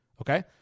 okay